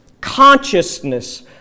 consciousness